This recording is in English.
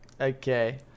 okay